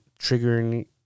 triggering